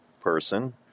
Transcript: person